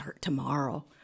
tomorrow